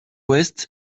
ouest